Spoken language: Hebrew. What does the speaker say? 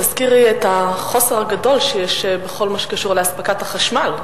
תזכירי את החוסר הגדול שיש בכל מה שקשור לאספקת החשמל.